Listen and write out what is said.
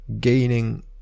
gaining